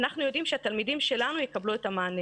אנחנו יודעים שהתלמידים שלנו יקבלו את המענה